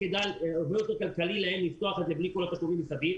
יותר כלכלי להם לפתוח את זה בלי כל התשלומים מסביב.